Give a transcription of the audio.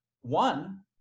one